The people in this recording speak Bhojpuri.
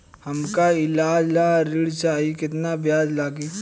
हमका ईलाज ला ऋण चाही केतना ब्याज लागी?